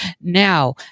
Now